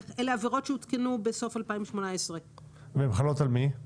אלה עבירות שהותקנו בסוף 2018. ועל מי הן חלות?